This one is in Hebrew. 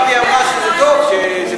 עכשיו היא אמרה שזה טוב שזה